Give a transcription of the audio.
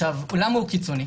למה הוא קיצוני?